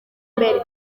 mbere